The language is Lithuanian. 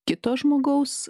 kito žmogaus